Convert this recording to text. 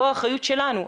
פה האחריות שלנו,